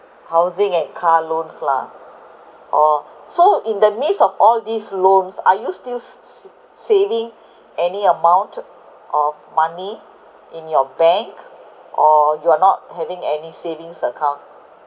housing and car loans lah or so in the midst of all these loans are you still s~ sa~ saving any amount of money in your bank or you are not having any savings account